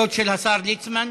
השר ליצמן?